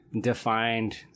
defined